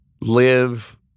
live